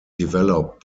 developed